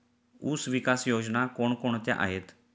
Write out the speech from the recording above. ऊसविकास योजना कोण कोणत्या आहेत?